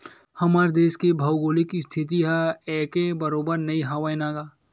हमर देस के भउगोलिक इस्थिति ह एके बरोबर नइ हवय न गा